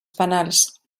penals